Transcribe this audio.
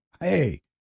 Hey